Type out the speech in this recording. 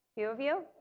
few of you.